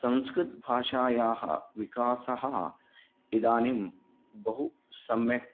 संस्कृतभाषायाः विकासः इदानीं बहु सम्यक्